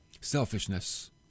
Selfishness